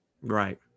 Right